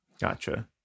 gotcha